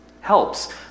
Helps